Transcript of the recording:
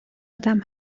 آدم